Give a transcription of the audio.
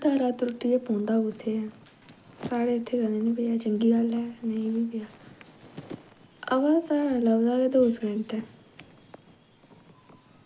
तारा त्रुट्टियै पौंदा कुत्थें ऐ साढ़ै इत्थें कदैं नी पेआ चंगी गल्ल ऐ नेंई पेआ अवा तारा लभदा गै दो सकैंट ऐ